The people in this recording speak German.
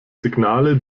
signale